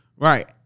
Right